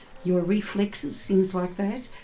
your reflexes, things like that.